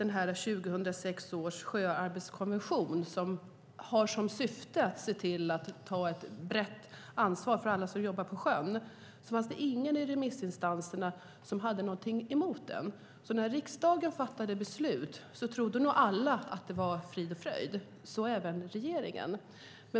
När 2006 års sjöarbetskonvention var ute på remiss, som har som syfte att skapa ett brett ansvar för alla som jobbar på sjön, fanns ingen bland remissinstanserna som hade något emot konventionen. När riksdagen fattade beslut trodde nog alla att det var frid och fröjd - så även regeringen.